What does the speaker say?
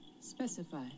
Specify